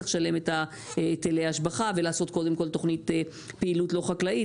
צריך לשלם את היטלי ההשבחה ולעשות קודם כל תוכנית פעילות לא חקלאית,